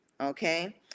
okay